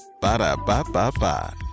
Ba-da-ba-ba-ba